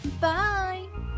Bye